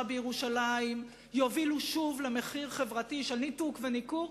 בירושלים יובילו שוב למחיר חברתי של ניתוק וניכור.